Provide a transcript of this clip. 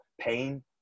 pain